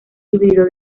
híbrido